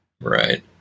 Right